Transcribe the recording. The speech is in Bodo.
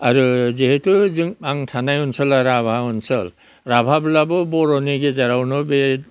आरो जेहेथु जों आं थानाय ओनसोलाव राभा ओनसोल राभाब्लाबो बर'नि गेजेरावनो बे